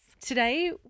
Today